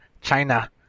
china